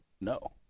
no